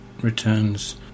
returns